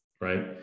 right